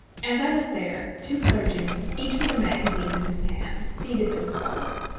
as i was there, two clergymen, each with a magazine in his hand, seated themselves,